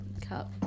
cup